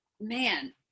man